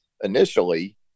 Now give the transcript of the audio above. initially